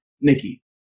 Nikki